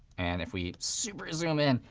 and if we super zoom in,